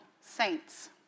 saints